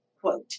quote